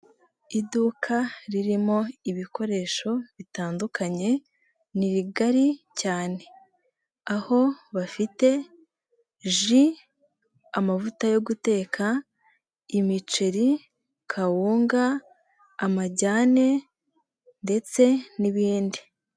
Iduka ririmo ibikoresho, bitandukanye, ni rigari cyane. Aho bafite, ji, amavuta yo guteka, imiceri, kawunga, amajyane, ndetse n'ibindi.